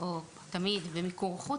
או תמיד במיקור חוץ,